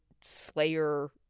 Slayer